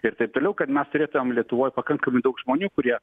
ir taip toliau kad mes turėtumėm lietuvoj pakankamai daug žmonių kurie